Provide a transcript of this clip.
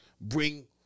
bring